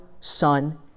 Son